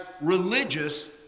religious